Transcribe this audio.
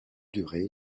durée